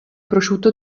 prosciutto